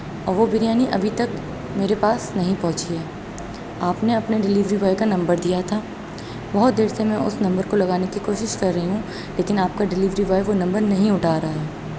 اور وہ بریانی ابھی تک میرے پاس نہیں پہنچی ہے آپ نے اپنے ڈلیوری بوائے کا نمبر دیا تھا بہت دیر سے میں اس نمبر کو لگانے کی کوشش کر رہی ہوں لیکن آپ کا ڈلیوری بوائے وہ نمبر نہیں اٹھا رہا ہے